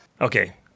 Okay